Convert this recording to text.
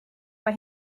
mae